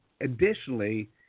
additionally –